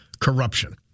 corruption